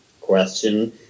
question